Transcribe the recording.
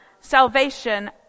salvation